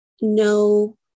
no